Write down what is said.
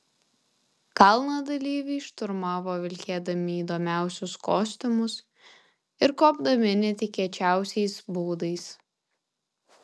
kalną dalyviai šturmavo vilkėdami įdomiausius kostiumus ir kopdami netikėčiausiais būdais